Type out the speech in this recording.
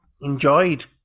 enjoyed